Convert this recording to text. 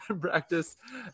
practice